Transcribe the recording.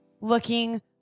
looking